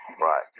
Right